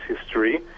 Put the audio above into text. history